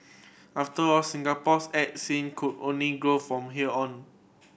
after all Singapore's art scene could only grow from here on